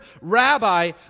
rabbi